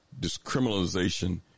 discriminalization